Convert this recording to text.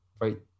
right